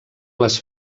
les